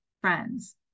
friends